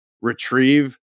retrieve